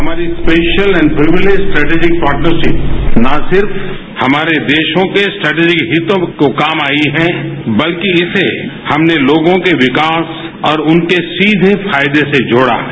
हमारी special and privilege strategic partnership न सिर्फ हमारे देशों के स्ट्रैटिजिक हितों को काम आई हैं बल्कि इसे हमने लोगों के विकास और उनके सीवे फायदे से जोड़ा है